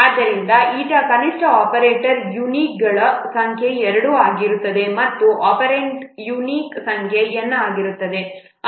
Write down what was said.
ಆದ್ದರಿಂದ eta ಕನಿಷ್ಠ ಆಪರೇಟರ್ಗಳ ಯುನಿಕ್ಗಳ ಸಂಖ್ಯೆ 2 ಆಗಿರುತ್ತದೆ ಮತ್ತು ಒಪೆರಾಂಡ್ಗಳ ಯುನಿಕ್ ಸಂಖ್ಯೆ n ಆಗಿರುತ್ತದೆ